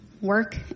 work